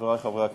חברי חברי הכנסת,